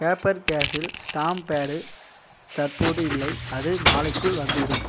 paper கேஸில் stamp pad தற்போது இல்லை அது நாளைக்குள் வந்துவிடும்